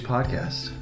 Podcast